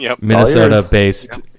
Minnesota-based